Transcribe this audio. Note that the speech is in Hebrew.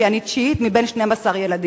כי אני תשיעית מבין 12 ילדים.